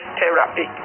therapy